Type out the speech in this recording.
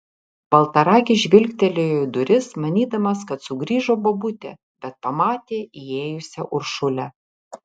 baltaragis žvilgtelėjo į duris manydamas kad sugrįžo bobutė bet pamatė įėjusią uršulę